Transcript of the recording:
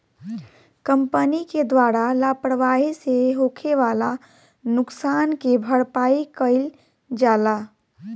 company के द्वारा लापरवाही से होखे वाला नुकसान के भरपाई कईल जाला